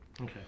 Okay